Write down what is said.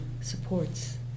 supports